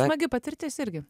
smagi patirtis irgi